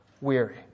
weary